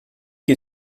que